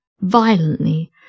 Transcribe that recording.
violently